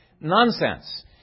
Nonsense